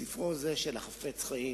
סעיף זה של "החפץ חיים"